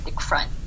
Front